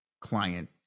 client